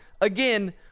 Again